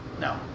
No